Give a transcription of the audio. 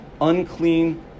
unclean